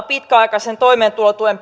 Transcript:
pitkäaikaisen toimeentulotuen